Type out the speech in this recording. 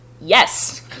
yes